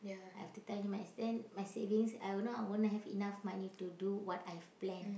I have to tell him my then my savings I know I won't have enough money to do what I've planned